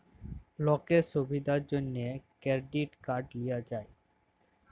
লকের ছুবিধার জ্যনহে কেরডিট লিয়া যায়